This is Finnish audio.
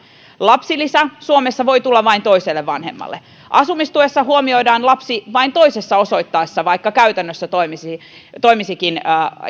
lapsilisä voi suomessa tulla vain toiselle vanhemmalle asumistuessa huomioidaan lapsi vain toisessa osoitteessa vaikka tämä käytännössä toimisi